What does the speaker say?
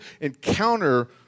encounter